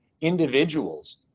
individuals